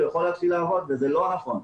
הוא יכול להתחיל לעבוד וזה לא נכון.